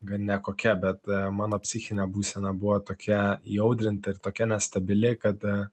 gan nekokia bet mano psichinė būsena buvo tokia įaudrinta ir tokia nestabili kad